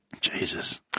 Jesus